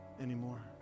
anymore